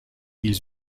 ils